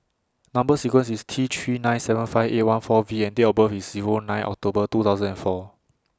Number sequence IS T three nine seven five eight one four V and Date of birth IS Zero nine October two thousand and four